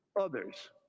others